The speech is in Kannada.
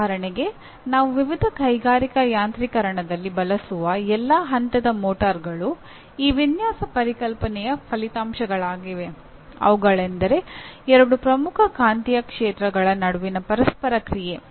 ಉದಾಹರಣೆಗೆ ನಾವು ವಿವಿಧ ಕೈಗಾರಿಕಾ ಯಾಂತ್ರೀಕರಣದಲ್ಲಿ ಬಳಸುವ ಎಲ್ಲಾ ಹಂತದ ಮೋಟರ್ಗಳು ಈ ವಿನ್ಯಾಸ ಪರಿಕಲ್ಪನೆಯ ಫಲಿತಾಂಶಗಳಾಗಿವೆ ಅವುಗಳೆಂದರೆ ಎರಡು ಪ್ರಮುಖ ಕಾಂತೀಯ ಕ್ಷೇತ್ರಗಳ ನಡುವಿನ ಪರಸ್ಪರ ಕ್ರಿಯೆ